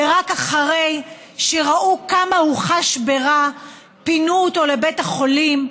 ורק אחרי שראו כמה הוא חש ברע פינו אותו לבית החולים,